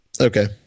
okay